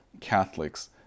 catholics